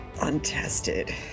Untested